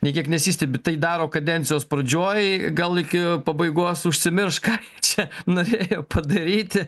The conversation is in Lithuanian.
nė kiek nesistebi tai daro kadencijos pradžioj gal iki pabaigos užsimirš ką čia norėjo padaryti